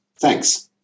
Thanks